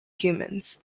humans